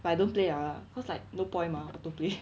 but I don't play liao lah cause like no point mah to play